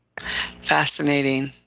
fascinating